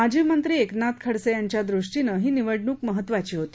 माजी मंत्री एकनाथ खडसे यांच्या दृष्टीनं ही निवडणूक महत्त्वाची होती